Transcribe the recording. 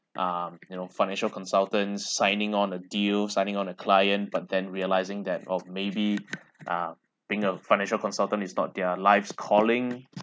um you know financial consultant signing on a deal signing on a client but then realizing that oh maybe ah being a financial consultant is not their life's calling